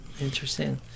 Interesting